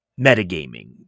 metagaming